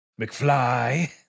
McFly